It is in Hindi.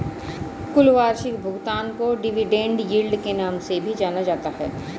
कुल वार्षिक भुगतान को डिविडेन्ड यील्ड के नाम से भी जाना जाता है